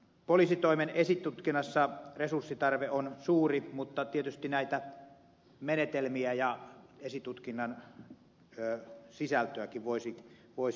poliisitoimen esitutkinnassa resurssitarve on suuri mutta tietysti näitä menetelmiä ja esitutkinnan sisältöäkin voisi tarkastella